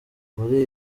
muri